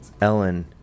Ellen